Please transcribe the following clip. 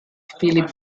phillip